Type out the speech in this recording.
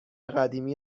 قدیمی